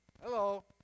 Hello